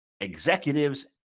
executives